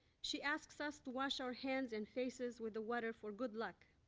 she asks us to wash our hands and faces with the water for good luck,